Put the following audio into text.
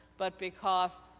but because,